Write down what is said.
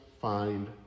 find